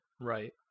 Right